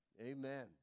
Amen